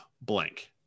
blank